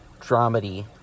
dramedy